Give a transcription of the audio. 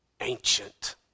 Ancient